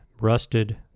rusted